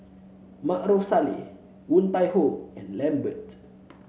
Maarof Salleh Woon Tai Ho and Lambert